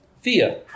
fear